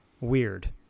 weird